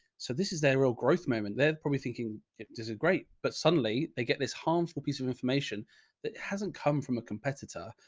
so this is their real growth moment. they're probably thinking it does a great, but suddenly they get this harmful piece of information that hasn't come from a competitor.